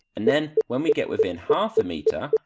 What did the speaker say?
and then when we get within half a metre,